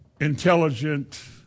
intelligent